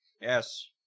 Yes